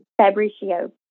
Fabricio